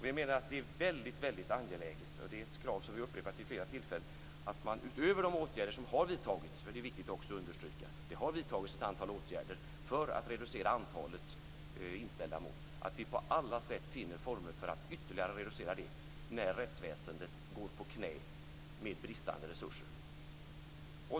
Vi menar att det är väldigt angeläget, och det är ett krav som vi upprepat vid flera tillfällen, att man utöver de åtgärder som har vidtagits - det är viktigt att understryka att det har vidtagits ett antal åtgärder för att reducera antalet inställda mål - på alla sätt finner former för att reducera antalet inställda mål när rättsväsendet går på knä med bristande resurser.